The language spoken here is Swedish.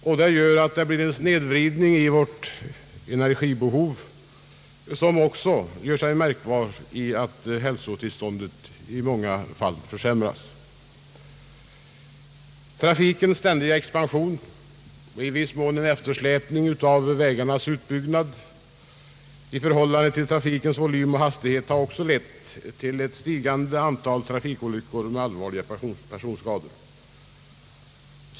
Detta gör att det blir en snedvridning i vårt energibehov som också gör sig märkbar i att hälsotillståndet i många fall försämras. Trafikens ständiga expansion och i viss mån en eftersläpning av vägarnas utbyggnad i förhållande till trafikens volym och hastighet har också lett till ett stigande antal trafikolyckor med allvarliga personskador.